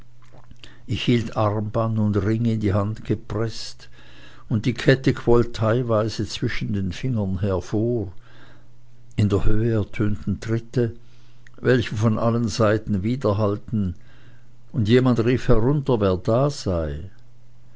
ich hielt armband und ring in die hand gepreßt und die kette quoll teilweise zwischen den fingern hervor in der höhe ertönten tritte welche von allen seiten widerhallten und jemand rief herunter wer da sei